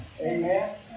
Amen